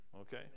okay